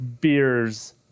beers